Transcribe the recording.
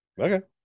Okay